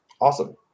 Awesome